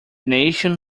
nation